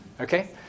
Okay